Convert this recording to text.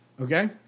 okay